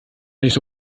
nicht